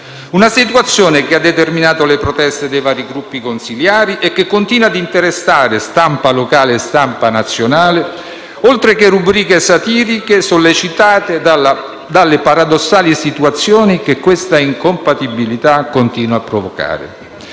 Una situazione che ha determinato le proteste dei vari gruppi consiliari e che continua a interessare stampa locale e stampa nazionale, oltre che rubriche satiriche sollecitate dalle paradossali situazioni che questa incompatibilità continua a provocare.